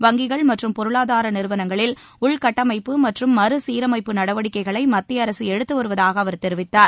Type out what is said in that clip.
வங்கிகள் மற்றும் பொருளாதார நிறுவனங்களில் உள்கட்டமைப்பு மற்றும் மறுசிரமைப்பு நடவடிக்கைகளை மத்திய அரசு எடுத்து வருவதாக அவர் தெரிவித்தார்